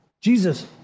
Jesus